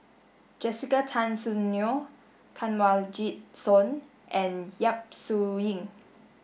Jessica Tan Soon Neo Kanwaljit Soin and Yap Su Yin